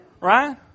Right